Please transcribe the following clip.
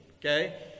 Okay